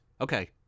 Okay